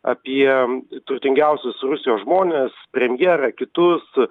apie turtingiausius rusijos žmones premjerą kitus